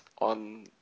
on